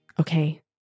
okay